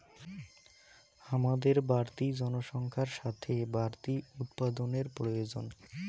হামাদের বাড়তি জনসংখ্যার সাথে বাড়তি উৎপাদানের প্রয়োজন